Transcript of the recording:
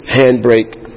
handbrake